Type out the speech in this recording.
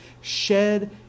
shed